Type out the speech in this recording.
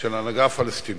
של ההנהגה הפלסטינית,